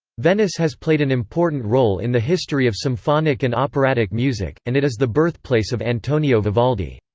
venice has played an important role in the history of symphonic and operatic music, and it is the birthplace of antonio vivaldi.